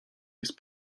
jest